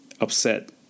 upset